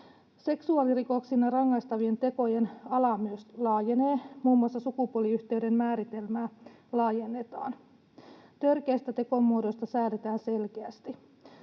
Seksuaalirikoksina rangaistavien tekojen ala myös laajenee, muun muassa sukupuoliyhteyden määritelmää laajennetaan. Törkeästä tekomuodosta säädetään selkeästi.